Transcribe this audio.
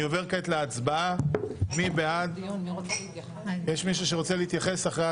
יש מישהו שרוצה להתייחס?